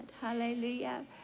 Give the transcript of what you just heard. hallelujah